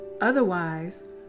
Otherwise